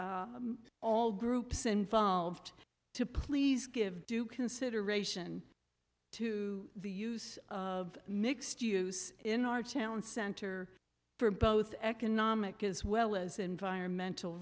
all groups involved to please give due consideration to the use of mixed use in our town center for both economic as well as environmental